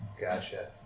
gotcha